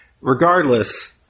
Regardless